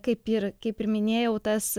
kaip ir kaip ir minėjau tas